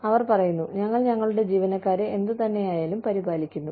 അവർ പറയുന്നു ഞങ്ങൾ ഞങ്ങളുടെ ജീവനക്കാരെ എന്തുതന്നെയായാലും പരിപാലിക്കുന്നു